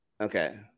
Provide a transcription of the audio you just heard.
Okay